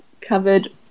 covered